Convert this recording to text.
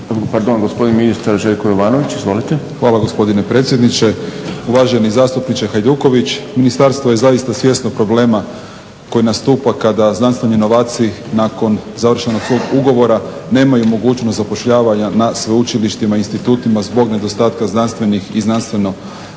Hvala gospodine predsjedniče. Uvaženi zastupniče Hajduković, ministarstvo je zaista svjesno problema koji nastupa kada znanstveni novaci nakon svog završenog ugovora nemaju mogućnost zapošljavanja na sveučilištima i institutima zbog nedostatka znanstvenih i znanstveno